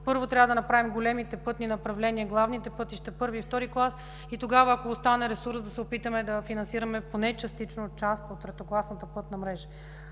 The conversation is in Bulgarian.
първо трябва да направим големите пътни направления, главните пътища – първи и втори клас, и тогава, ако остане ресурс, да се опитаме да финансираме поне частично част от третокласната пътна мрежа.